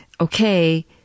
okay